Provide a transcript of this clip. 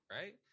right